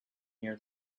near